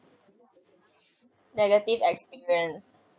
negative experience